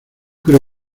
creo